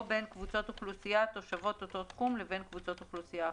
בין קבוצות אוכלוסייה תושבות אותו תחום לבין קבוצות אוכלוסייה אחרות.